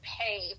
pay